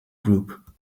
group